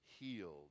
healed